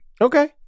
Okay